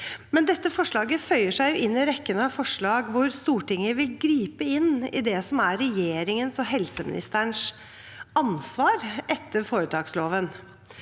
dette forslaget føyer seg inn i rekken av forslag hvor Stortinget vil gripe inn i det som er regjeringen og helseministerens ansvar etter foretaksloven,